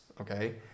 okay